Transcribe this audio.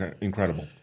incredible